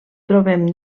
trobem